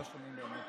לא שומעים.